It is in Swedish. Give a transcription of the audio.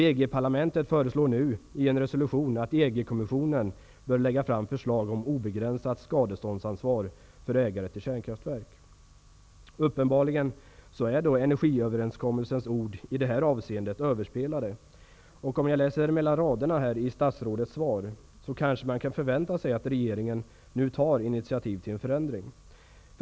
EG parlamentet föreslår i en resolution att EG kommissionen bör lägga fram förslag om obegränsat skadeståndsansvar för ägare till kärnkraftsverk. Uppenbarligen är energiöverenskommelsens ord i det här avseendet överspelade. När jag läser mellan raderna i statsrådets svar, kanske jag kan förvänta mig att regeringen tar initiativ till en förändring.